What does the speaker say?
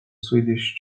swedish